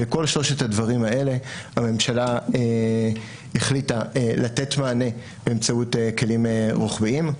לכל שלושת הדברים האלה הממשלה החליטה לתת מענה באמצעות כלים רוחביים.